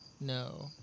No